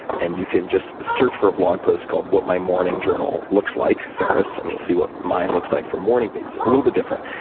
and you can just search for a blog post called what my morning journal looks like, ferriss, and you'll see what mine looks like for morning pages a little bit different.